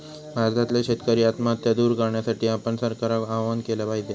भारतातल्यो शेतकरी आत्महत्या दूर करण्यासाठी आपण सरकारका आवाहन केला पाहिजे